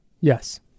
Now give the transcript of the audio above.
Yes